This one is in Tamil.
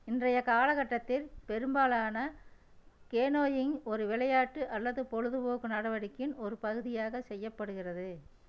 இன்றைய காலக்கட்டத்தில் பெரும்பாலான கேனோயிங் ஒரு விளையாட்டு அல்லது பொழுதுபோக்கு நடவடிக்கையின் ஒரு பகுதியாக செய்யப்படுகிறது